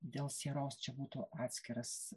dėl sieros čia būtų atskiras